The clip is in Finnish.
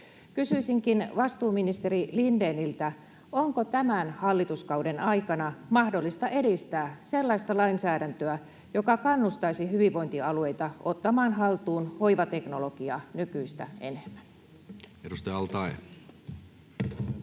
Kysyisinkin vastuuministeri Lindéniltä: Onko tämän hallituskauden aikana mahdollista edistää sellaista lainsäädäntöä, joka kannustaisi hyvinvointialueita ottamaan hoivateknologiaa haltuun nykyistä enemmän? [Speech 104]